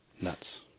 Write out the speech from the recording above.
Nuts